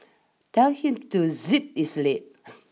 tell him to zip his lip